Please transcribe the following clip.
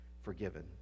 forgiven